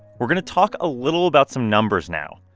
we're going to talk a little about some numbers now,